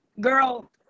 girl